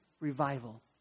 revival